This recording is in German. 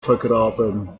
vergraben